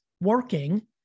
working